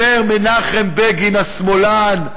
אומר מנחם בגין השמאלן.